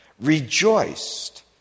rejoiced